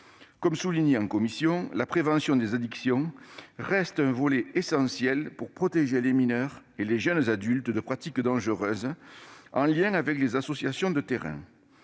souligné en commission, la prévention des addictions reste un volet essentiel pour protéger les mineurs et les jeunes adultes de pratiques dangereuses. Elle doit se faire en lien avec les associations de terrain.